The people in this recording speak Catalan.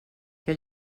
que